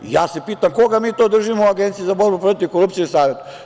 Ja se pitam koga mi to držimo u Agenciji za borbu protiv korupcije i u Savetu.